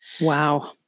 Wow